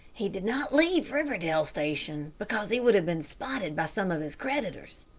he did not leave riverdale station, because he would have been spotted by some of his creditors.